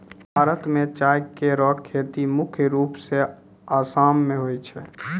भारत म चाय केरो खेती मुख्य रूप सें आसाम मे होय छै